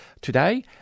today